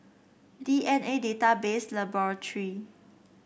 D N A Database Laboratory